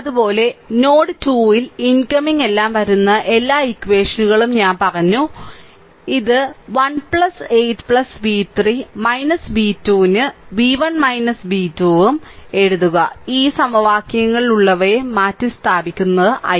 അതുപോലെ നോഡ് 2 ൽ ഇൻകമിംഗ് എല്ലാം വരുന്ന എല്ലാ ഇക്വഷനുകളും ഞാൻ പറഞ്ഞു ഇത് 1 8 v3 v2 ന് v1 b 2 ഉം എഴുതുക ഈ സമക്യവാങ്ങളിലുള്ളവയെ മാറ്റിസ്ഥാപിക്കുക i